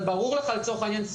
אבל ברור לך לצורך העניין,